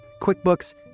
QuickBooks